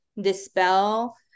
dispel